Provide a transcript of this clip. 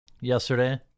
yesterday